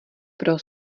pro